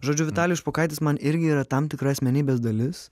žodžiu vitalijus špokaitis man irgi yra tam tikra asmenybės dalis